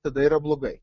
tada yra blogai